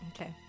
Okay